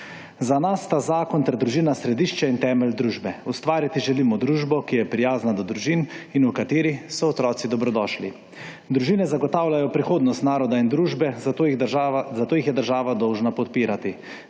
Za nas sta zakon ter družina središče in temelj družbe. Ustvariti želimo družbo, ki je prijazna do družin in v kateri so otroci dobrodošli. Družine zagotavljajo prihodnost naroda in družbe, zato jih je država dolžna podpirati.